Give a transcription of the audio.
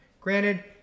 Granted